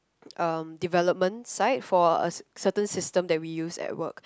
um development side for a certain system that we use at work